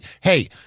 hey